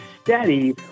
steady